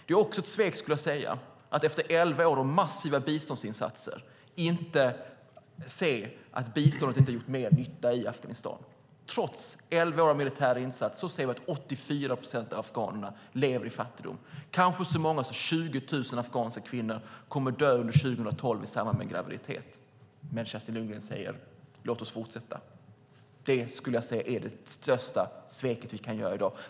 Det är också ett svek, skulle jag säga, att efter elva år och massiva biståndsinsatser inte se att biståndet inte har gjort mer nytta i Afghanistan. Trots elva år av militära insatser ser vi att 84 procent av afghanerna lever i fattigdom. Kanske så många som 20 000 afghanska kvinnor kommer att dö under 2012 i samband med graviditet. Men Kerstin Lundgren säger: Låt oss fortsätta. Det skulle jag säga är det största svek vi kan göra i dag.